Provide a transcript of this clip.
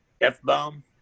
F-bomb